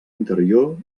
interior